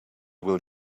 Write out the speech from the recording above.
will